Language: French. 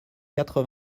quatre